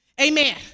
amen